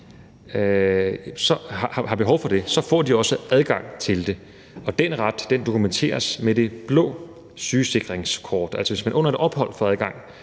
sundhedsydelser, så får de også adgang til det, og den ret dokumenteres med det blå sygesikringskort. Altså, hvis man under et ophold får behov